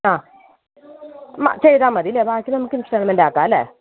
ആ ചെയ്താൽ മതിയല്ലേ ബാക്കി നമുക്ക് ഇൻസ്റ്റൾമെൻറ് ആക്കാമല്ലേ